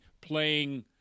playing